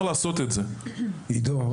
עידו,